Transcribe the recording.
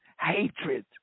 Hatred